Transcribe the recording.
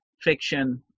fiction